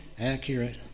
accurate